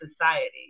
society